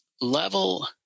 level